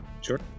Sure